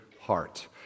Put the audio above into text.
heart